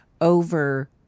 over